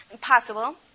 possible